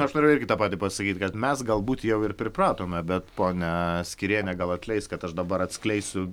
aš norėjau irgi tą patį pasakyt kad mes galbūt jau ir pripratome bet ponia skyrienė gal atleis kad aš dabar atskleisiu